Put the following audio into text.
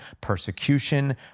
persecution